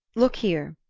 look here,